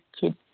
kids